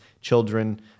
children